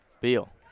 Beal